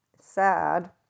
sad